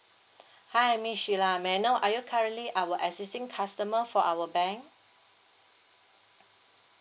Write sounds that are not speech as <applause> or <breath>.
<breath> hi miss sheila may I know are you currently our existing customer for our bank